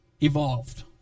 evolved